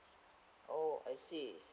oh I see